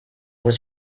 was